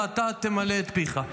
ואתה תמלא את פיך.